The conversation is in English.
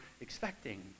expecting